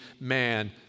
man